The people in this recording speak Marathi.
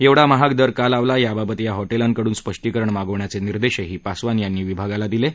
एवढा महाग दर का लावला याबाबत या हॉटेलांकडून स्पष्टीकरण मागवण्याचे निर्देशही पासवान यांनी विभागाला दिले आहेत